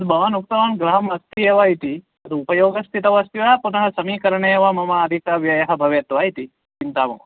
तद् भवान् उक्तवान् गृहम् अस्ति एव इति तद् उपयोगस्थितम् अस्ति वा पुनः समीकरणे एव मम अदिकव्ययः भवेद्वा इति चिन्ता मा